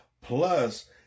Plus